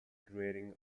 grading